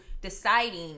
deciding